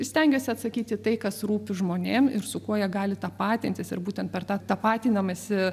stengiuosi atsakyti tai kas rūpi žmonėm ir su kuo jie gali tapatintis ir būtent per tą tapatinamasi